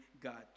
God